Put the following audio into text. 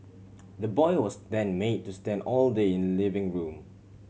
the boy was then made to stand all day in living room